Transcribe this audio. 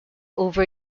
over